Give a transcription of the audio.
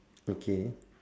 okay